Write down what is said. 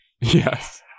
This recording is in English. Yes